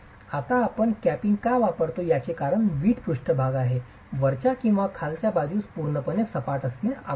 आता आपण कॅपिंग का वापरतो याचे कारण वीट पृष्ठभाग आहे वरच्या किंवा खालच्या बाजूस पूर्णपणे सपाट असणे आवश्यक नाही